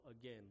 again